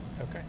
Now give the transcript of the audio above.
Okay